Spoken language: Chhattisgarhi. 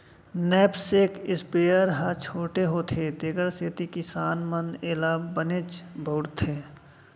नैपसेक स्पेयर ह छोटे होथे तेकर सेती किसान मन एला बनेच बउरथे